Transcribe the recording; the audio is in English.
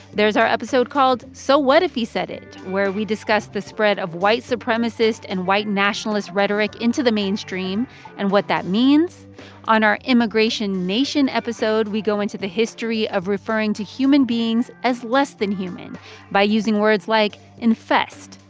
there's our episode called so what if he said it, where we discussed the spread of white supremacist and white nationalist rhetoric into the mainstream and what that means on our immigration nation episode, episode, we go into the history of referring to human beings as less than human by using words like infest,